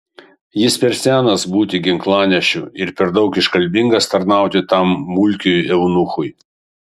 jis per senas būti ginklanešiu ir per daug iškalbingas tarnauti tam mulkiui eunuchui